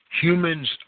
Humans